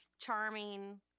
charming